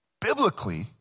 biblically